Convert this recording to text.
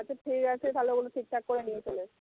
আচ্ছা ঠিক আছে তাহলে ওইগুলো ঠিকঠাক করে নিয়ে চলে এসো